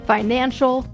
financial